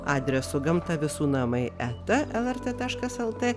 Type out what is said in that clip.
adresu gamta visų namai eta lrt taškas lt